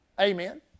Amen